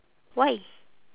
why